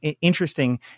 interesting